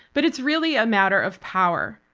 but it's really a matter of power.